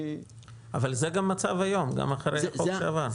אבל זה גם המצב היום, גם אחרי החוק שעבר.